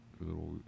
little